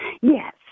yes